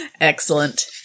Excellent